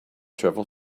travel